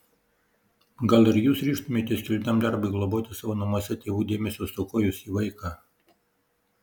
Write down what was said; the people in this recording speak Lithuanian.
gal ir jūs ryžtumėtės kilniam darbui globoti savo namuose tėvų dėmesio stokojusį vaiką